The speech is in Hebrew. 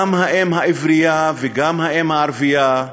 גם האם העברייה וגם האם הערבייה,